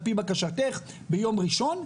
על פי בקשתך ביום ראשון,